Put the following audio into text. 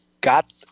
got